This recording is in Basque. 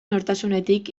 nortasunetik